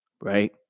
right